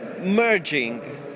merging